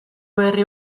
berri